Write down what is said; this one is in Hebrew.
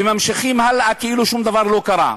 וממשיכים הלאה כאילו שום דבר לא קרה.